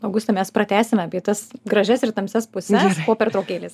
auguste mes pratęsime apie tas gražias ir tamsias puses po pertraukėlės